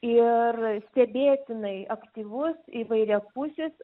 ir stebėtinai aktyvus įvairiapusis